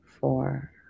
four